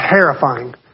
terrifying